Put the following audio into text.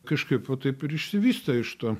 kažkaip va taip ir išsivystė iš to